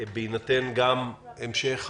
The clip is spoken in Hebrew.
בהינתן גם המשך